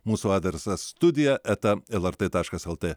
mūsų adresas studija eta lrt taškas lt